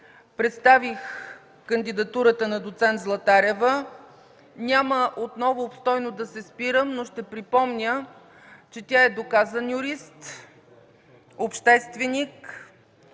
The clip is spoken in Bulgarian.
представих кандидатурата на доц. Златарева. Няма отново обстойно да се спирам, но ще припомня, че тя е доказан юрист, общественик,